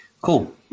Cool